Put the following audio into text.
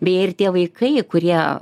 beje ir tie vaikai kurie